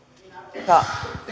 arvoisa